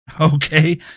okay